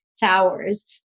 towers